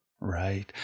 Right